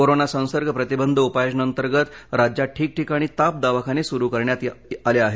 corona संसर्ग प्रतिबंध उपाययोजनांतर्गत राज्यात ठिकठिकाणी ताप दवाखाने सुरु करण्यात येत आहेत